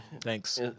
Thanks